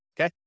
okay